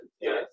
Yes